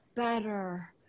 better